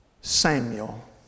Samuel